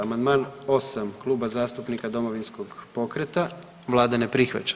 Amandman 8. Kluba zastupnika Domovinskog pokreta vlada ne prihvaća.